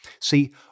See